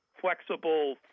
flexible